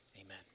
Amen